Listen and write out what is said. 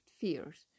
fears